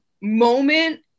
moment